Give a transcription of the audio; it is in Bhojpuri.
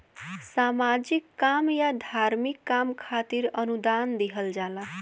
सामाजिक काम या धार्मिक काम खातिर अनुदान दिहल जाला